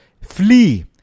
flee